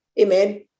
amen